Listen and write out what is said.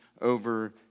over